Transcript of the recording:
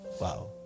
Wow